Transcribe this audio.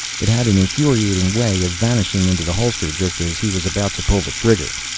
it had an infuriating way of vanishing into the holster just as he was about to pull the trigger.